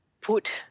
put